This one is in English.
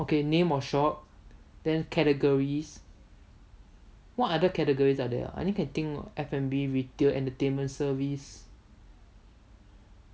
okay name of shop then categories what other categories are there ah I only can think of F&B retail entertainment service